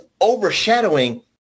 overshadowing